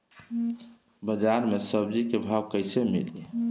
बाजार मे सब्जी क भाव कैसे मिली?